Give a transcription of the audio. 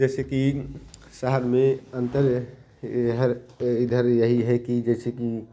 जैसे कि शहर में अंतर यहाँ पर इधर यही है कि जैसे कि